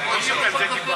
ואז זה חוזר,